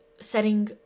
setting